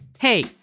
Hey